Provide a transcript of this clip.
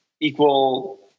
equal